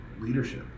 leadership